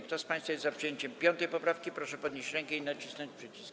Kto z państwa jest za przyjęciem 5. poprawki, proszę podnieść rękę i nacisnąć przycisk.